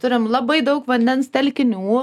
turim labai daug vandens telkinių